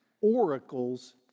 oracles